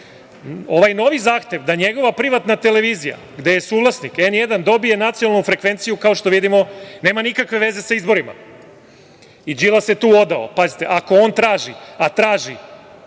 novi zahtev da njegova privatna televizija, gde je suvlasnik, N1 dobije nacionalnu frekvenciju, kao što vidimo, nema nikakve veze sa izborima i Đilas se tu odao. Pazite, ako on traži, a traži,